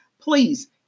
Please